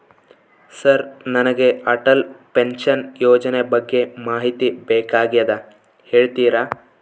Sir ನನಗೆ Atal pension ಯೋಜನೆ ಬಗ್ಗೆ ಮಾಹಿತಿ ಬೇಕಾಗ್ಯದ ಹೇಳ್ತೇರಾ?